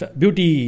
beauty